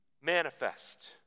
manifest